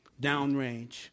downrange